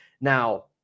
now